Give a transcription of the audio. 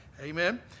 amen